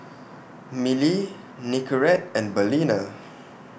Mili Nicorette and Balina